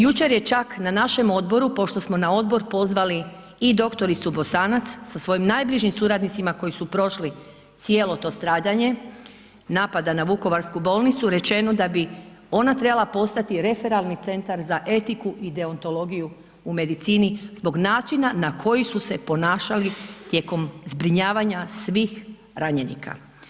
Jučer je čak na našem odboru, pošto smo na odbor pozvali i dr. Bosanac sa svojim najbližim suradnicima koji su prošli cijelo to stradanje napada na vukovarsku bolnicu, rečeno da bi ona trebala postati referalni centar za etiku i deontologiju u medicini zbog načina na koji su se ponašali tijekom zbrinjavanja svih ranjenika.